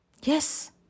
Yes